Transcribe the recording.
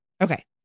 Okay